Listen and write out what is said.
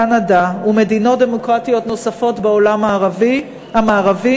קנדה ומדינות דמוקרטיות נוספות בעולם המערבי